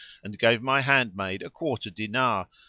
and gave my handmaid a quarter dinar,